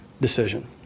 decision